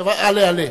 עלה, עלה.